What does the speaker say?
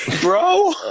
bro